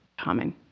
common